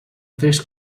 tres